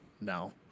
No